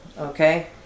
Okay